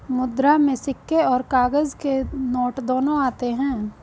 मुद्रा में सिक्के और काग़ज़ के नोट दोनों आते हैं